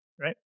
right